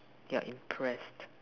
you're impressed